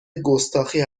گستاخی